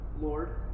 Lord